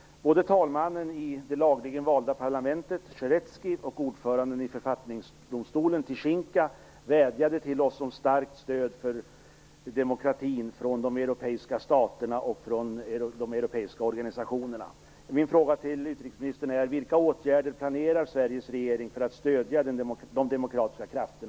Både talmannen i det lagligen valda parlamentet, Sjaretskij, och ordföranden i författningsdomstolen, Tikhinya, vädjade till oss om starkt stöd från de europeiska staterna och organisationerna för demokratin.